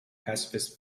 pacifist